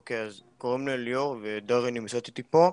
אוקיי, קוראים לי אליאור ודרי נמצאת איתי פה,